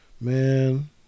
Man